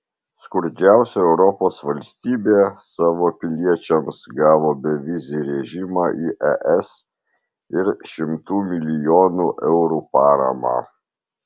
skurdžiausia europos valstybė savo piliečiams gavo bevizį režimą į es ir šimtų milijonų eurų paramą